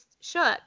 shook